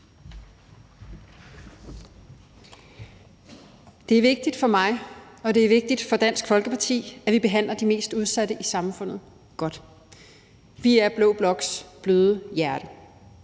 Det er vigtigt for mig og det er vigtigt for Dansk Folkeparti, at vi behandler de mest udsatte i samfundet godt. Vi er blå bloks bløde hjerte.